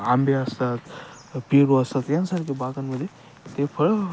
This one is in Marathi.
आंबे असतात पेरू असतात यांसारखे बागांमध्ये ते फळ